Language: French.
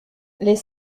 les